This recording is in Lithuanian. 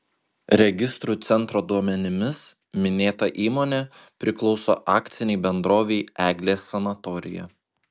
registrų centro duomenimis minėta įmonė priklauso akcinei bendrovei eglės sanatorija